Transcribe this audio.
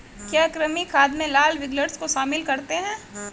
क्या कृमि खाद में लाल विग्लर्स को शामिल करते हैं?